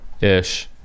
ish